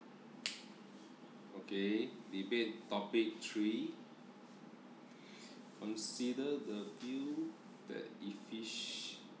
okay debate topic three consider the view that effice~